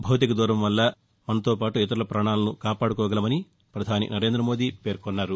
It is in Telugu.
భౌతిక దూరం వల్ల మనతోపాటు ఇతరుల ప్రాణాలను కాపాడుకోగలమని నరేం్రద మోదీ పేర్కొన్నారు